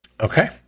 Okay